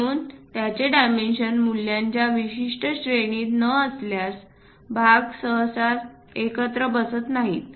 म्हणून त्यांचे डायमेन्शन मूल्यांच्या विशिष्ट श्रेणीत न आल्यास भाग सहसा एकत्र बसत नाहीत